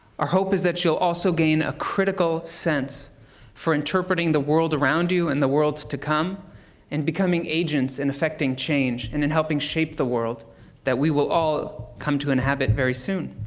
our hope is that you'll also gain a critical sense for interpreting the world around you and the world to come in becoming agents in affecting change and in helping shape the world that we will all come to inhabit very soon.